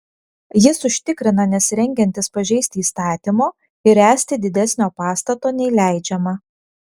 jis užtikrina nesirengiantis pažeisti įstatymo ir ręsti didesnio pastato nei leidžiama